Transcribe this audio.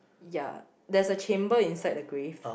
ya there's a chamber inside the grave